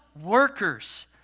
workers